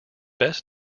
best